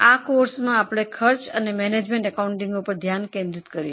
આ કોર્સમાં આપણે ખર્ચ અને મેનેજમેન્ટ એકાઉન્ટિંગ પર ધ્યાન કેન્દ્રિત કરીશું